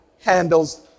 handles